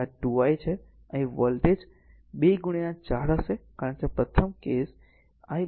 તેથી આ 2 I છે અહીં વોલ્ટેજ 2 r 4 હશે કારણ કે પ્રથમ કેસ આ કેસ I 4 એમ્પીયર છે